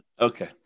Okay